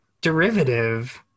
derivative